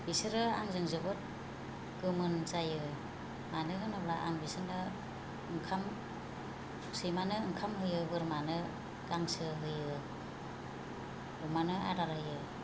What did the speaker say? बिसोरो आंजों जोबोद गोमोन जायो मानो होनोब्ला आं बिसोरनो ओंखाम सैमानो ओंखाम होयो बोरमानो गांसो होयो अमानो आदार होयो